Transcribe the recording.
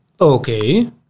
Okay